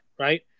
Right